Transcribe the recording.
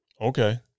Okay